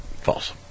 False